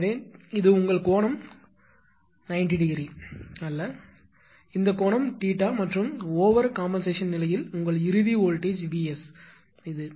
எனவே இது உங்கள் கோணம் 90 ° அல்ல இந்த கோணம் 𝜃 மற்றும் ஓவர் கம்பென்சேஷன் நிலையில் உங்கள் இறுதி வோல்ட்டேஜ் Vs இது